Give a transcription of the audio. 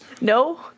No